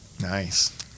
Nice